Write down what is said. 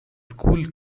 school